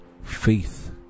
faith